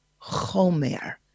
chomer